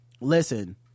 listen